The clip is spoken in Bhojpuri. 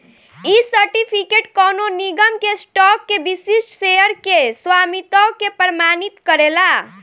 इ सर्टिफिकेट कवनो निगम के स्टॉक के विशिष्ट शेयर के स्वामित्व के प्रमाणित करेला